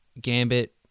Gambit